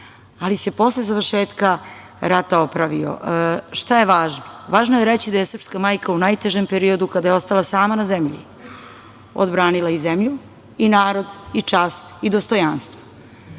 ali se posle završetka rata oporavio. Šta je važno? Važno je reći da je srpska majka u najtežem periodu kada je ostala sama na zemlji, odbranila i zemlju, narod, čast i dostojanstvo.